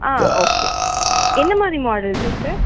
ஆ okay என்ன மாதிரி model dress